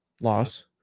loss